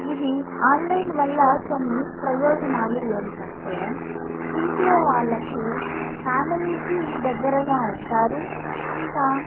ఇది ఆన్లైన్ వల్ల కొన్ని ప్రయోజనాలు ఏమిటి అంటే ఇంట్లో వాళ్ళకి ఫ్యామిలీకి దగ్గరగా ఉంటారు ఇంకా